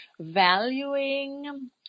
valuing